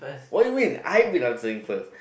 why you win I been I'm saying first